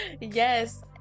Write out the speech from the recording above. yes